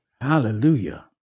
Hallelujah